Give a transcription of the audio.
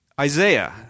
Isaiah